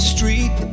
Street